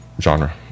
genre